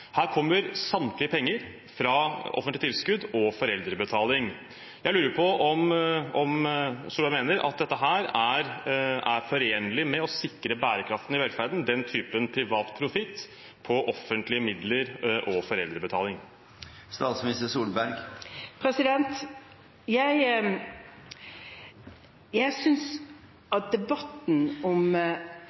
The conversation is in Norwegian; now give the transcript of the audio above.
Her kommer samtlige penger fra offentlige tilskudd og foreldrebetaling. Jeg lurer på om statsminister Solberg mener at den typen privat profitt på offentlige midler og foreldrebetaling er forenlig med å sikre bærekraften i velferden.